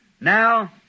Now